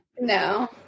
No